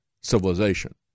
civilization